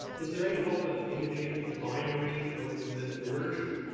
is there any hope of imaging a binary or even a merger?